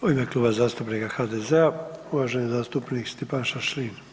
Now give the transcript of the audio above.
U ime Kluba zastupnika HDZ-a, uvaženi zastupnik Stipan Šašlin.